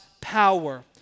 power